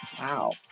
Wow